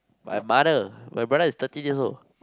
my mother my brother is thirteen years old